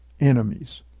enemies